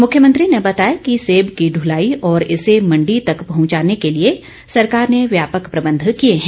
मुख्यमंत्री ने बताया कि सब की दुलाई और इसे मण्डी तक पहुंचाने के लिए सरकार ने व्यापक प्रबंध किए हैं